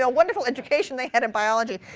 ah wonderful education they had in biology.